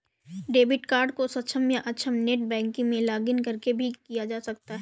debit card को सक्षम या अक्षम नेट बैंकिंग में लॉगिंन करके भी किया जा सकता है